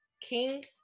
King